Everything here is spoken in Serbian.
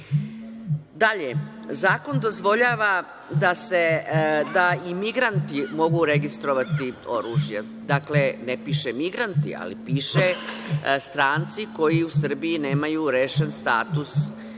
piše. Dalje, zakon dozvoljava da i migranti mogu registrovati oružje. Dakle, ne piše migranti, ali piše stranci koji u Srbiji nemaju rešen status boravka.